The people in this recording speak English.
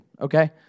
Okay